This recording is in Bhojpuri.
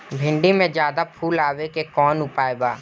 भिन्डी में ज्यादा फुल आवे के कौन उपाय बा?